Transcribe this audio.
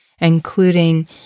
including